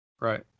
Right